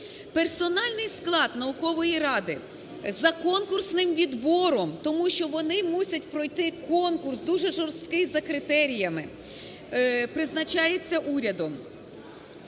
Персональний склад наукової ради за конкурсним відбором, тому що вони мусять пройти конкурс дуже жорсткий з критеріями, призначається урядом.